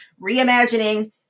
reimagining